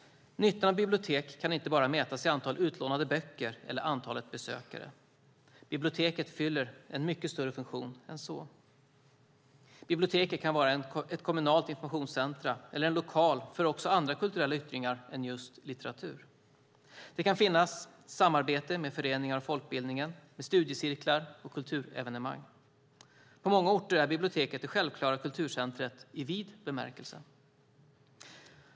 Nyttan av bibliotek kan inte bara mätas i antal utlånade böcker eller antalet besökare. Biblioteket fyller en mycket större funktion än så. Biblioteket kan vara ett kommunalt informationscenter eller en lokal för andra kulturella yttringar än just litteratur. Det kan finnas samarbete med föreningar och folkbildningen, med studiecirklar och kulturevenemang. På många orter är biblioteket det självklara kulturcentret i vid bemärkelse.